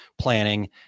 planning